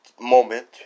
moment